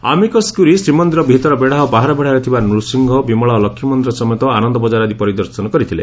amicus curiae ଶ୍ରୀମନ୍ଦିରର ଭିତର ବେଢା ଓ ବାହାର ବେଢାରେ ଥିବା ନୂସିଂହ ବିମଳା ଓ ଲକ୍ଷ୍ମୀ ମନ୍ଦିର ସମେତ ଆନନ ବଜାର ଆଦି ପରିଦର୍ଶନ କରିଥିଲେ